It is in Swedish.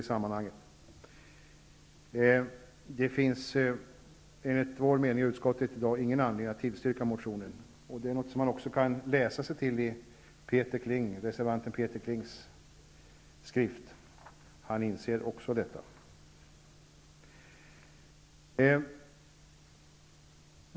I dagens läge finns således ingen anledning att tillstyrka motionen -- något som man kan läsa sig till att reservanten Peter Kling också inser.